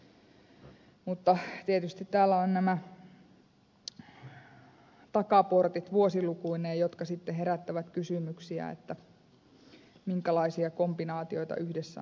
mutta tietysti täällä on nämä takaportit vuosilukuineen jotka sitten herättävät kysymyksiä että minkälaisia kombinaatioita yhdessä on tehtävä